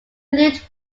lived